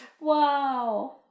wow